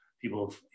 people